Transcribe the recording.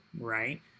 right